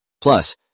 Plus